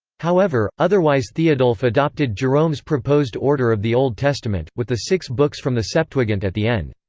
however, otherwise theodulf adopted jerome's proposed order of the old testament, with the six books from the septuagint at the end.